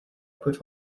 put